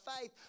faith